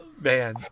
Man